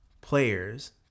players